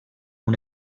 una